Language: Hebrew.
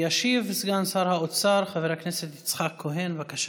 ישיב סגן שר האוצר חבר הכנסת יצחק כהן, בבקשה.